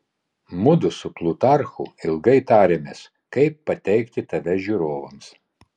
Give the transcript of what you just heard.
mudu su plutarchu ilgai tarėmės kaip pateikti tave žiūrovams